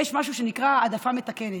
משהו שנקרא העדפה מתקנת,